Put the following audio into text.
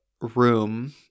room